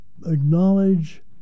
acknowledge